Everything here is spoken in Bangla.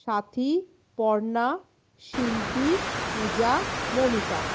সাথী পর্ণা শিল্পী পূজা মৌমিতা